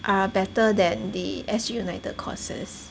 are better than the S_G united courses